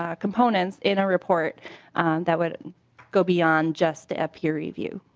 ah components in our report that would go beyond just a peer review.